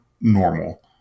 normal